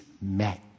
met